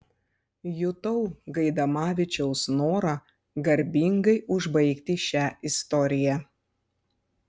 jutau gaidamavičiaus norą garbingai užbaigti šią istoriją